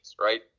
right